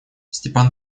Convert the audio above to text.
степан